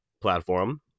platform